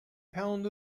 pound